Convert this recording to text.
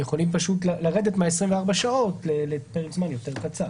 הם פשוט יכולים לרדת מה-24 שעות לפרק זמן יותר קצר.